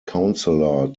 councillor